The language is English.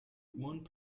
one